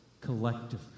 collectively